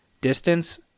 Distance